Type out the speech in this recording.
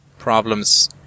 Problems